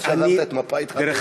מאז שעזבת את מפא"י התחלת לדבר.